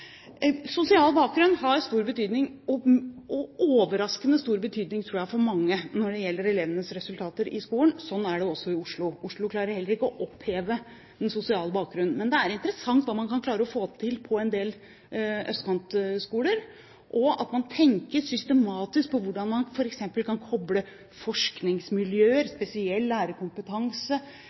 Sosial bakgrunn har stor betydning, overraskende stor betydning – tror jeg – for mange når det gjelder elevenes resultater i skolen. Sånn er det også i Oslo. Oslo klarer heller ikke å oppheve den sosiale bakgrunnen. Men det er interessant hva man kan klare å få til på en del østkantskoler. At man tenker systematisk på hvordan man f.eks. kan koble forskningsmiljøer, spesiell lærerkompetanse